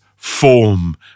form